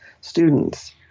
students